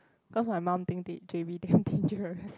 cause my mum think that j_b damn dangerous